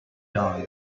dawn